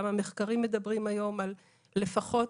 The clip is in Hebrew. גם המחקרים מדברים היום על לפחות